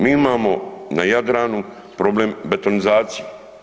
Mi imamo na Jadranu problem betonizacije.